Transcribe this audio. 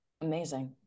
Amazing